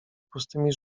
pustymi